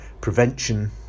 prevention